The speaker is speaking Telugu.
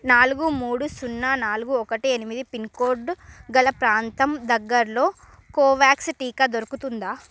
నాలుగు మూడు సున్నా నాలుగు ఒకటి ఎనిమిది పిన్ కోడ్ గల ప్రాంతం దగ్గరలో కోవ్యాక్స్ టీకా దొరుకుతుందా